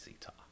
talk